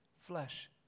Flesh